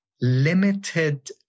limited